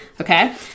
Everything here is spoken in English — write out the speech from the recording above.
okay